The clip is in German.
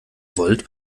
volt